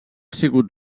sigut